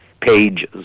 pages